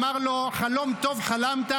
אמר לו: חלום טוב חלמת,